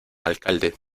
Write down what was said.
alcalde